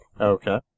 Okay